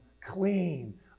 clean